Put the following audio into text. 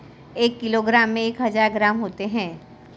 एक किलोग्राम में एक हज़ार ग्राम होते हैं